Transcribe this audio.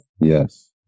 Yes